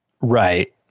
Right